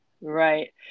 Right